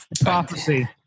prophecy